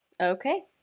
Okay